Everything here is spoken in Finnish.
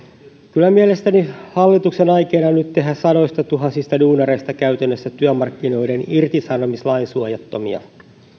kyllä mielestäni hallituksen aikeena on nyt tehdä sadoistatuhansista duunareista käytännössä työmarkkinoiden irtisanomislainsuojattomia